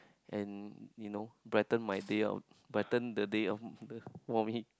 and you know brighten my day or brighten the days of for me